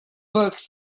books